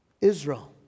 Israel